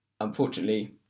Unfortunately